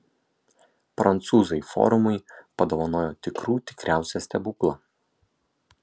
prancūzai forumui padovanojo tikrų tikriausią stebuklą